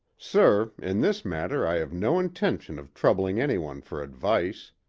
sir, in this matter i have no intention of troubling anyone for advice.